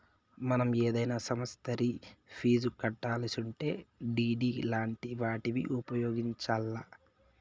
మనం ఏదైనా సమస్తరి ఫీజు కట్టాలిసుంటే డిడి లాంటి వాటిని ఉపయోగించాల్ల